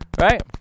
right